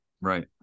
right